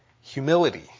humility